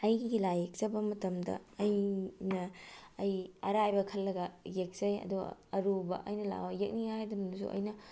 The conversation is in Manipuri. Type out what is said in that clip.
ꯑꯩꯒꯤ ꯂꯥꯏ ꯌꯦꯛꯆꯕ ꯃꯇꯝꯗ ꯑꯩꯅ ꯑꯩ ꯑꯔꯥꯏꯕ ꯈꯜꯂꯒ ꯌꯦꯛꯆꯩ ꯑꯗꯣ ꯑꯔꯨꯕ ꯑꯩꯅ ꯌꯦꯛꯅꯤꯡꯉꯦ ꯍꯥꯏꯗꯨꯅꯁꯨ ꯑꯩꯅ